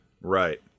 Right